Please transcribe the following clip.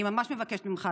אני ממש מבקשת ממך,